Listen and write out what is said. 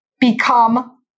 become